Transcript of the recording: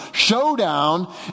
Showdown